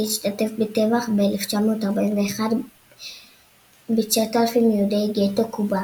שהשתתף בטבח ב-1941 ב-9,000 יהודי גטו קובנה.